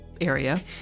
area